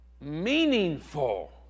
meaningful